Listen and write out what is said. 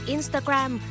Instagram